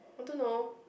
I don't know